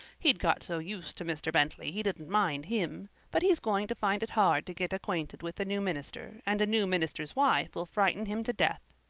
he'd got so used to mr. bentley he didn't mind him, but he's going to find it hard to get acquainted with a new minister, and a new minister's wife will frighten him to death.